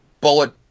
bullet